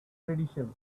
tradition